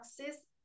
access